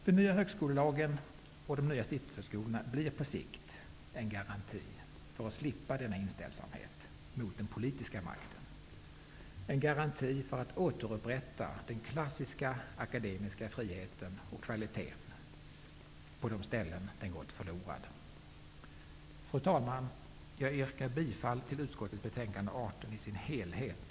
Den nya högskolelagen och de nya stiftelsehögskolorna blir på sikt en garanti för att vi skall slippa denna inställsamhet gentemot den politiska makten -- en garanti för ett återupprättande av den klassiska akademiska friheten och kvaliteten på de ställen där den gått förlorad. Fru talman! Jag yrkar bifall till utbildningsutskottets hemställan i betänkande 18 i dess helhet.